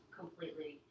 completely